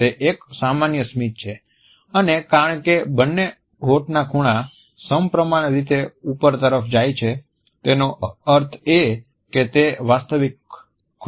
તે એક સામાન્ય સ્મિત છે અને કારણ કે બંને હોઠના ખૂણા સમપ્રમાણ રીતે ઉપર તરફ જાય છે તેનો અર્થ એ કે તે વાસ્તવિક ખુશી છે